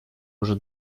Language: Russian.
уже